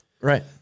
right